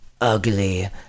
ugly